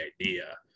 idea